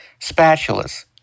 spatulas